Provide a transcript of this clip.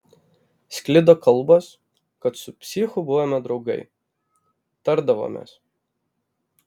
sklido kalbos kad su psichu buvome draugai tardavomės